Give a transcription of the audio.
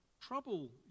trouble